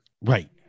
Right